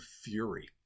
fury